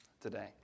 today